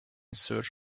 search